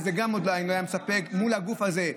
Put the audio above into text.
וגם זה עדיין לא היה מספק מול הגוף הזה.